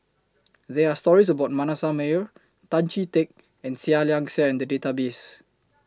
There Are stories about Manasseh Meyer Tan Chee Teck and Seah Liang Seah in The Database